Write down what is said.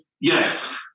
yes